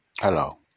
hello